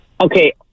Okay